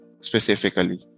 specifically